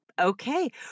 Okay